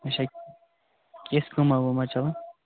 اچھا کِژھ کٲمہ وٲمہ چلان